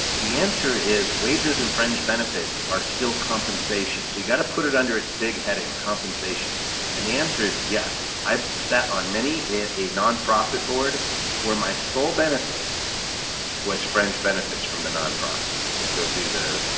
the answer is wages and fringe benefits are still compensation so you got to put it under its big heading compensation and the answer is yes. i've sat on many a non-profit board where my sole benefit was fringe benefits from the non-profit. i get to go do the.